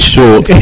short